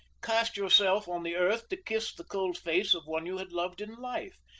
cast yourself on the earth to kiss the cold face of one you had loved in life,